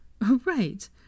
Right